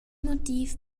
motiv